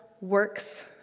works